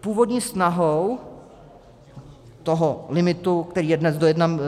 Původní snahou limitu, který je dnes